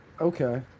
Okay